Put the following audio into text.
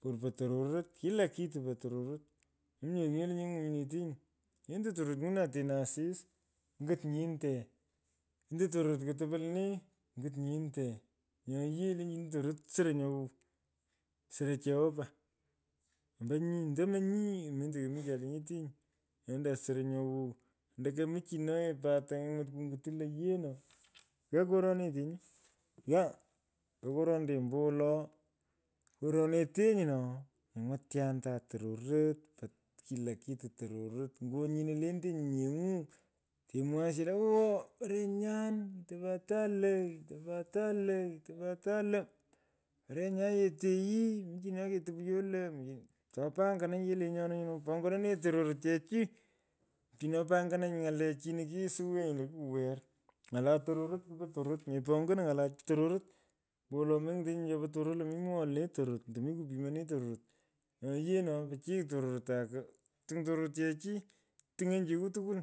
Por po tororot. kila kitu po tororot. mominye nyo le nyeny’u ngwinyinetenyi. Lentenei tororot anguwunan teno asis. ngit nyinto. ngit tororot kotopo lenee. ngit nyinte. Nyo yee lenchini tororot soro nyo wow. soro selova. ombo nyi. Ndomo nyi mendo komitecha lenyetenyi. nya lendan soro nyo wow. Ndo komichono yee pat. ptany’enymot. kunyiti lo yee no. ghaa koronetenyi. ghaa kotonete ombowolo. koronetenyi no. nyungwityanda tororot. kila kitu tororot. nyo nyine lentenyi nyeny’u imwaghanyi asiyech lo awo. parenyan. topatan lo topata lo. tapuran lo. porenyan yeteyii. muchino ketopyo lo. topangananyi ye nyu lenyona no. ponyonee tororot chechi. uchino panyananyi ng’alechino kisuwugenyi lo kikuwer. Ng’ala tororot kupo tororot. meponyonoi ny’ala tororot kupo tororot. meponyonoi ny’ala tororot. ombowolo menyitenyi nye chopo tororot lo mimwoghoi lenee tororot ande mi kupimei nee tororot. Nyo yee no. puchiy tororot akum tuny tororot chechi. ituny’onyi cheku tukwol.